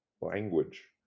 language